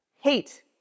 Hate